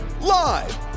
live